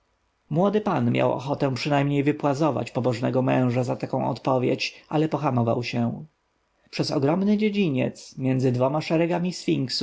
młody pan miał ochotę przynajmniej wypłazować pobożnego męża za taką odpowiedź ale pohamował się przez ogromny dziedziniec między dwoma szeregami sfinksów